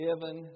given